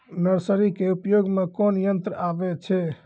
Nursery के उपयोग मे कोन यंत्र आबै छै?